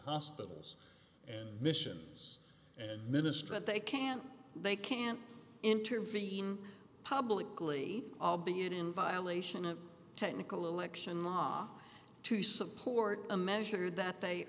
hospitals missions minister but they can't they can't intervene publicly albeit in violation of technical election law to support a measure that they